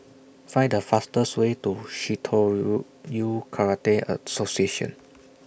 Find The fastest Way to Karate Association